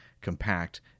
compact